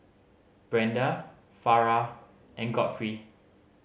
Brenda Farrah and Godfrey